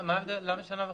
למה שנה וחצי?